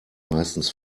meistens